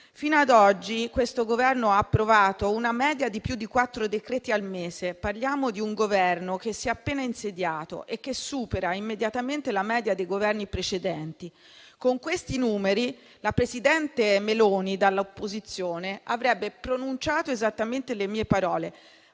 Fino ad oggi questo Governo ha approvato una media di più di quattro decreti al mese. Parliamo di un Governo che si è appena insediato e che supera immediatamente la media dei Governi precedenti. Con questi numeri il presidente Meloni, dall'opposizione, avrebbe pronunciato esattamente le mie parole,